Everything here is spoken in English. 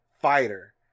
fighter